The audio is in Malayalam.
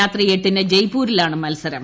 രാത്രി എട്ടിന് ജയ്പൂരിലാണ് മത്സരം